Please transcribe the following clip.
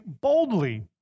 boldly